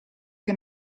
che